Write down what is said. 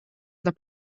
the